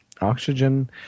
Oxygen